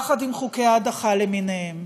יחד עם חוקי ההדחה למיניהם,